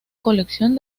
colección